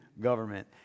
government